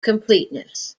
completeness